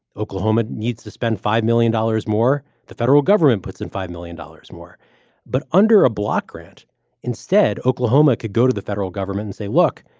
oklahoma needs to spend five million dollars more. the federal government puts in five million dollars more but under a block grant instead, oklahoma could go to the federal government, say, look,